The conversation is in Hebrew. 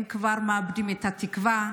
הם כבר מאבדים את התקווה תקווה.